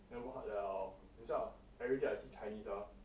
then work hard liao 等一下 everyday I see chinese ah